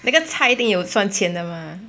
那个菜一定有赚钱的 mah